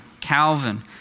Calvin